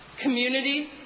community